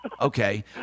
Okay